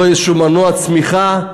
לא איזשהו מנוע צמיחה שנגיד: